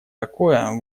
такое